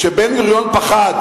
כשבן-גוריון פחד